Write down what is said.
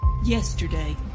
Yesterday